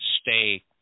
stay